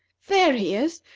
there he is.